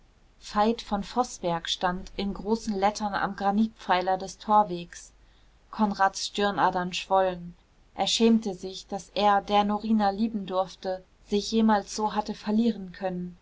veit von voßberg stand in großen lettern am granitpfeiler des torwegs konrads stirnadern schwollen er schämte sich daß er der norina lieben durfte sich jemals so hatte verlieren können